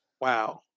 Wow